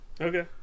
okay